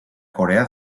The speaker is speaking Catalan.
corea